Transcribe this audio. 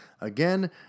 Again